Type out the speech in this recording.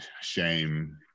shame